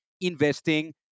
investing